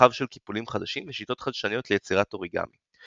רחב של קיפולים חדשים ושיטות חדשניות ליצירת אוריגמי.